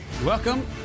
Welcome